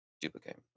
Duplicate